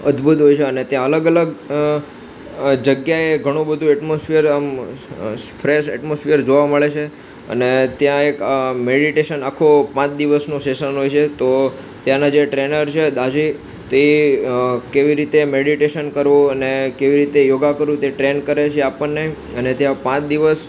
અદભુત હોય છે અને ત્યાં અલગ અલગ જગ્યાએ ઘણું બધુ એટમોસફીયર આમ ફ્રેશ એટમોસફીયર જોવા મળે છે અને ત્યાં એક મેડિટેશન આખો પાંચ દિવસનો સેસન હોય છે તો ત્યાંનાં જે ટ્રેનર છે દાજે તે કેવી રીતે મેડિટેશન કરવું અને કેવી રીતે યોગા કરવું તે ટ્રેન કરે છે આપણને અને ત્યાં પાંચ દિવસ